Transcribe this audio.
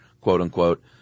quote-unquote